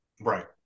Right